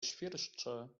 świerszcza